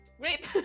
great